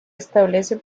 establece